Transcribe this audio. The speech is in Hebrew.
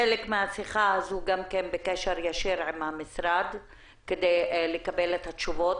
חלק מהשיחה אני אמשיך בקשר ישיר עם המשרד כדי לקבל תשובות.